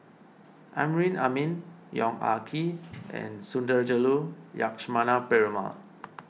Amrin Amin Yong Ah Kee and Sundarajulu Lakshmana Perumal